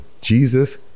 Jesus